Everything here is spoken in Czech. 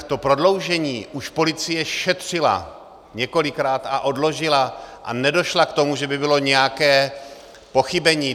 To prodloužení už policie šetřila několikrát a odložila a nedošla k tomu, že by bylo nějaké pochybení.